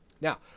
Now